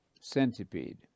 centipede